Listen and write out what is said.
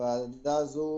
הוועדה הזאת